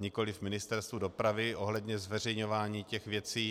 nikoliv Ministerstvu dopravy ohledně zveřejňování těch věcí.